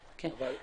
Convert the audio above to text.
נזקקות.